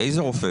איזה רופא?